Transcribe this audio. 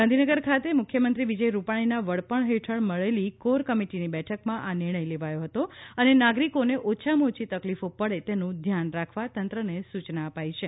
ગાંધીનગર ખાતે મુખ્યમંત્રી વિજય રૂપાણીના વડપણ હેઠળ મળેલી કોર કમિટીની બેઠકમાં આ નિર્ણય લેવાયો હતો અને નાગરિકોને ઓછામાં ઓછી તકલીફો પડે તેનું ધ્યાન રાખવા તંત્રને સૂચના અપાઈ છે